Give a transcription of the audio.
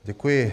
Děkuji.